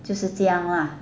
就是这样 lah